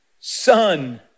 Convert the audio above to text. Son